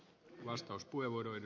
arvoisa puhemies